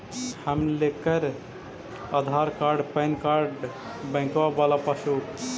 हम लेकर Aadhaar card PAN card बैंकवा वाला पासबुक?